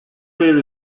fair